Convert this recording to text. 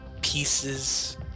pieces